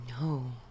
No